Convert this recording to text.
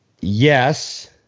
Yes